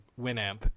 Winamp